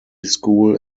school